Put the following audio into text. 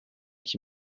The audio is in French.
qui